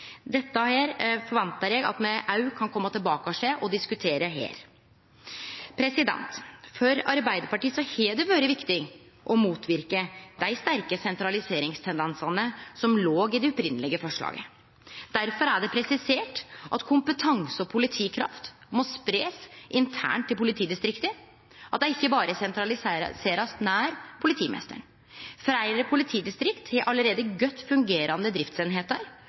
Dette forventar eg at me òg kan kome tilbake til og diskutere her. For Arbeiderpartiet har det vore viktig å motverke dei sterke sentraliseringstendensane som låg i det opphavlege forslaget. Difor er det presisert at kompetanse- og politikraft må spreiast internt i politidistrikta, at dei ikkje berre blir sentralisert nær politimeisteren. Fleire politidistrikt har allereie godt fungerande